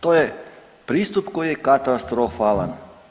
To je pristup koji je katastrofalan.